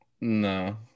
no